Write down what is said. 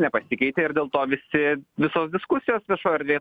nepasikeitė ir dėl to visi visos diskusijos viešoj erdvėje